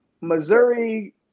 Missouri